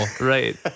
right